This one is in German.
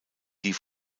die